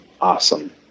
awesome